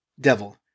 Devil